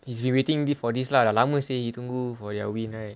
he's been waiting for this lah dah lama seh he tunggu go their win right